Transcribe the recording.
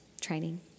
training